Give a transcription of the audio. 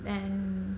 and